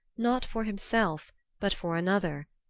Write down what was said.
not for himself but for another,